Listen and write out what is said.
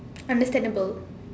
understandable